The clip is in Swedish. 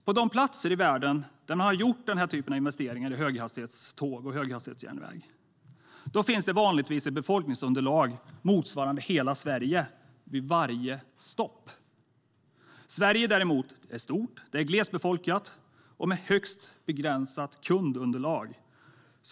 På de platser i världen där man gjort den här typen av investeringar i höghastighetståg och höghastighetsjärnväg finns det vanligtvis ett befolkningsunderlag motsvarande hela Sverige vid varje stopp. Sverige är däremot ett stort och glesbefolkat land med högst begränsat kundunderlag.